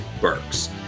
Burks